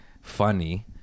funny